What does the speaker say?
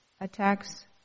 attacks